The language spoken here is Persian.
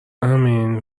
امین